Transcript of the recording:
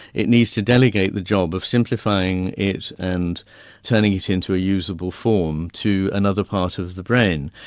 it needs to delegate the job of simplifying it and turning it into a usable form to another part of the brain.